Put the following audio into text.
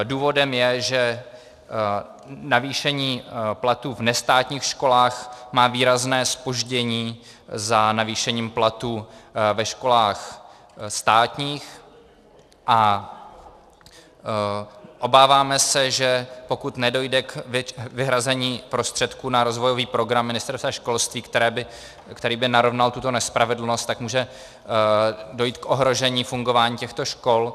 Důvodem je, že navýšení platů v nestátních školách má výrazné zpoždění za navýšením platů ve školách státních a obáváme se, že pokud nedojde k vyhrazení prostředků na rozvojový program Ministerstva školství, který by narovnal tuto nespravedlnost, tak může dojít k ohrožení fungování těchto škol.